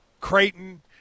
Creighton